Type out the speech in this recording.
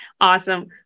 awesome